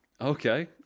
Okay